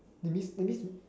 that means that means you